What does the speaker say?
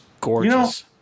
gorgeous